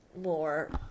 more